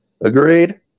Agreed